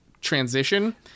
transition